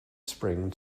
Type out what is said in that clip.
spring